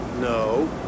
No